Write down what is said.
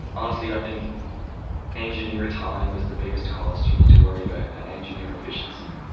honestly, i think engineer time is the biggest cost you need to worry about, and engineer efficiency,